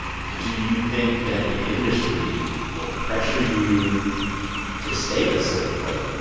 do you think that the industry will pressure you to stay at a certain weight